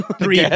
Three